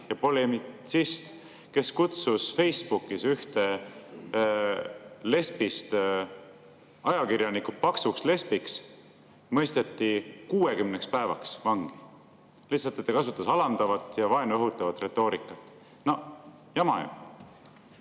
ja polemitsist, kes kutsus Facebookis ühte lesbist ajakirjanikku paksuks lesbiks, mõisteti 60 päevaks vangi, kuna ta kasutas alandavat ja vaenu õhutavat retoorikat. Jama ju!